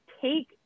take